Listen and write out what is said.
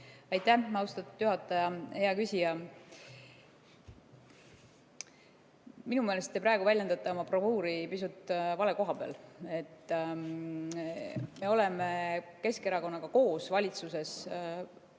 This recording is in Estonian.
Aitäh, austatud juhataja! Hea küsija! Minu meelest te väljendate oma bravuuri pisut vale koha peal. Me oleme Keskerakonnaga koos valitsuses kiiresti